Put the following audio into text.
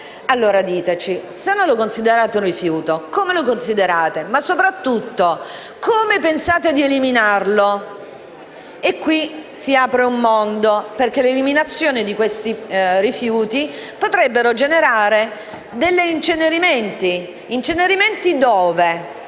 Allora diteci: se non lo considerate un rifiuto come lo considerate? Ma soprattutto: come pensate di eliminarlo? E qui si apre un mondo, perché l'eliminazione di questi rifiuti potrebbe generare degli incenerimenti. Dove? Come?